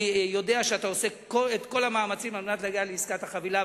אני יודע שאתה עושה את כל המאמצים על מנת להגיע לעסקת החבילה,